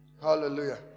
hallelujah